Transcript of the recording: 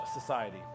society